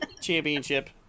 championship